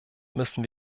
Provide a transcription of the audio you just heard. müssen